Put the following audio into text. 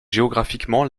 géographiquement